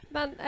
Men